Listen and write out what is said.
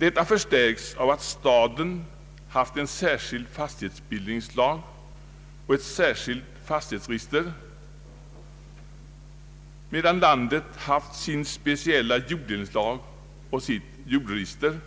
Detta har förstärkts av att staden haft en särskild fastighetisbildningslag och ett särskilt fastighetsregister, medan landsbygden haft sin speciella jordbildningslag och sitt jordregister